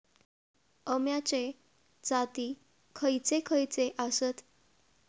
अम्याचे जाती खयचे खयचे आसत?